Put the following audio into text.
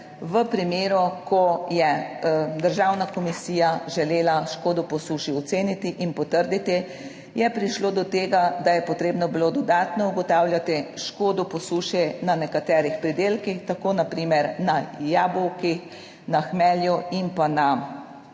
v primeru ko je državna komisija želela škodo po suši oceniti in potrditi je prišlo do tega, da je potrebno bilo dodatno ugotavljati škodo po suši na nekaterih pridelkih, tako na primer na jabolkih, na hmelju in pa na grozdju.